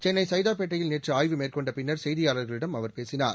சென்னை சைதாப்பேட்டையில் நேற்று ஆய்வு மேற்கொண்ட பின்னர் செய்தியாளர்களிடம் அவர் பேசினார்